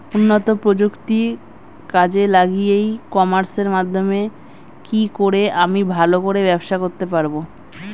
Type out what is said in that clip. উন্নত প্রযুক্তি কাজে লাগিয়ে ই কমার্সের মাধ্যমে কি করে আমি ভালো করে ব্যবসা করতে পারব?